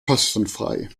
kostenfrei